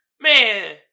Man